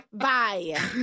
Bye